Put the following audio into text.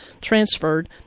transferred